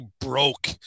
broke